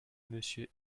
monsieur